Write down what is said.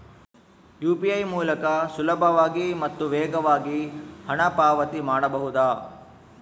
UPI ಮೂಲಕ ಸುಲಭವಾಗಿ ಮತ್ತು ವೇಗವಾಗಿ ಹಣ ಪಾವತಿ ಮಾಡಬಹುದಾ?